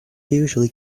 usually